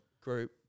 group